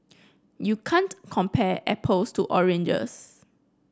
you can't compare apples to oranges